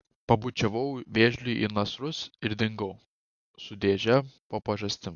pabučiavau vėžliui į nasrus ir dingau su dėže po pažastim